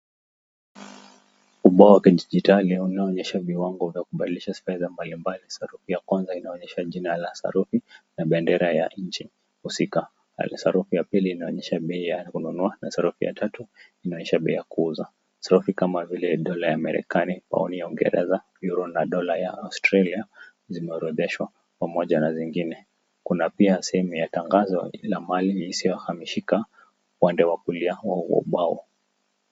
Ubao huu wa kijitari unaonyesha viwango vya kubadilisha sarafu za mbalimbali. Safu ya kwanza inaonyesha jina la sarafu na bendera ya nchi husika. Safu ya pili inaonyesha bei ya kununua na safu ya tatu inaonyesha bei ya kuuza. Sarafu kama vile dola ya Marekani, pauni ya Uingereza, euro na dola ya Australia zimeorodheshwa pamoja na zingine. Kuna pia sehemu ya tangazo la mali isiyohamishika upande wa kulia wa ubao huo.